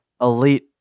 elite